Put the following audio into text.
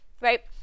right